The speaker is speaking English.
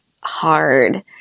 hard